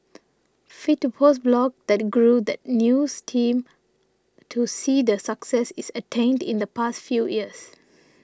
fit to Post blog that grew the news team to see the success is attained in the past few years